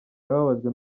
yababajwe